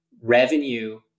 revenue